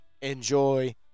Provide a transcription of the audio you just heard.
Enjoy